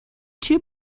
two